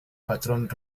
patrón